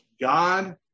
God